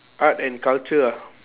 art and culture ah